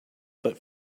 but